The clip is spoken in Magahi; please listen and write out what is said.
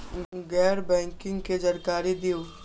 गैर बैंकिंग के जानकारी दिहूँ?